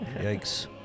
Yikes